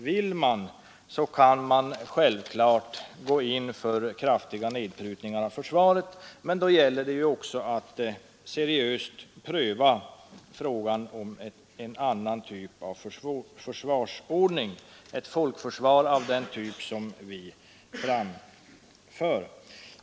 Vill man så kan man självfallet genomföra kraftiga nedprutningar av försvaret, men då gäller det att seriöst pröva frågan om en annan typ av försvarsordning, ett folkförsvar av den typ som vi talar för.